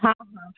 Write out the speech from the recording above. हां हां